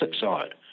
side